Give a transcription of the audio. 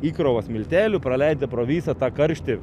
įkrovos miltelių praleidę pro visą tą karštį